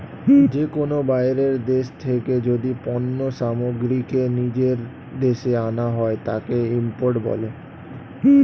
যে কোনো বাইরের দেশ থেকে যদি পণ্য সামগ্রীকে নিজের দেশে আনা হয়, তাকে ইম্পোর্ট বলে